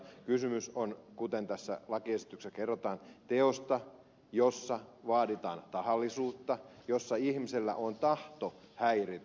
kysymys on kuten tässä lakiesityksessä kerrotaan teosta jossa vaaditaan tahallisuutta jossa ihmisellä on tahto häiritä